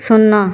শূন্য